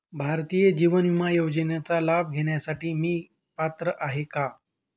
भारतीय जीवन विमा योजनेचा लाभ घेण्यासाठी मी पात्र आहे का?